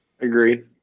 Agreed